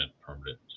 permanent